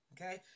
okay